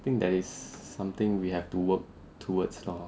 I think that is something we have to work towards lor